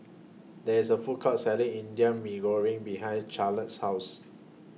There IS A Food Court Selling Indian Mee Goreng behind Charlotte's House